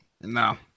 No